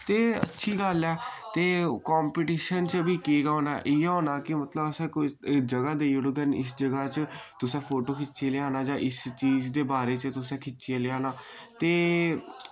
ते अच्छी गल्ल ऐ ते कम्पटीशन च बी केह् गै होना इय्यै होना कि मतलब असें कोई जगह देई ओड़ो कि इस जगह च तुसें फोटो खिच्चियै लेआना जां इस चीज दे बारे च तुसैं खिच्चियै लेआना ते